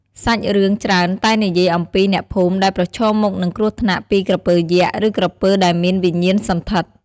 សាច់រឿងច្រើនតែនិយាយអំពីអ្នកភូមិដែលប្រឈមមុខនឹងគ្រោះថ្នាក់ពីក្រពើយក្ស ឬក្រពើដែលមានវិញ្ញាណសណ្ឋិត។